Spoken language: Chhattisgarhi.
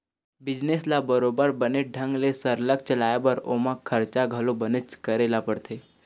बिजनेस ल बरोबर बने ढंग ले सरलग चलाय बर ओमा खरचा घलो बनेच करे ल परथे